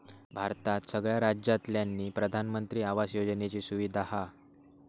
भारतात सगळ्या राज्यांतल्यानी प्रधानमंत्री आवास योजनेची सुविधा हा